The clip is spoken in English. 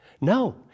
No